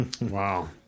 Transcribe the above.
Wow